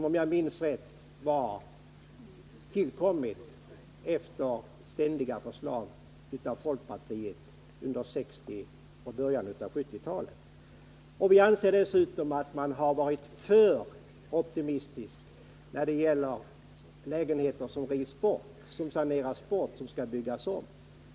Om jag minns rätt tillkom den efter ständiga förslag från folkpartiet under 1960-talet och början av 1970-talet. Vi anser dessutom att man varit för optimistisk när det gäller lägenheter som skall saneras och byggas om.